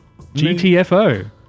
GTFO